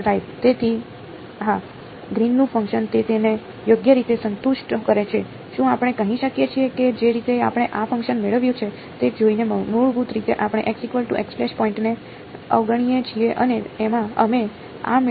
તેથી આ ગ્રીનનું ફંકશન તે તેને યોગ્ય રીતે સંતુષ્ટ કરે છે શું આપણે કહી શકીએ કે જે રીતે આપણે આ ફંક્શન મેળવ્યું છે તે જોઈને મૂળભૂત રીતે આપણે પોઈન્ટને અવગણીએ છીએ અને અમે આ મેળવ્યો છે